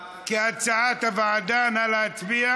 ההסתייגות נפלה.